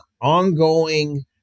ongoing